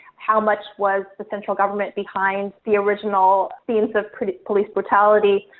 how much was the central government behind the original themes of police brutality?